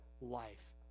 life